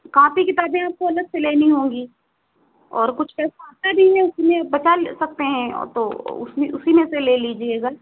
copy किताबें आपको अलग से लेनी होंगी और कुछ पैसा आता भी है उसमें बता सकते हैं तो उसी उसी में से ले लीजिएगा